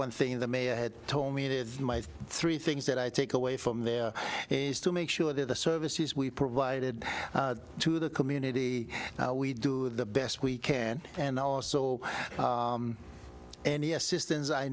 thing the mayor had told me it is three things that i take away from there is to make sure that the services we provided to the community now we do the best we can and also any assistance i